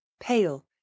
pale